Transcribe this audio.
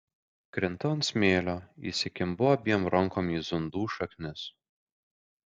krintu ant smėlio įsikimbu abiem rankom į zundų šaknis